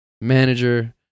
manager